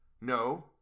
No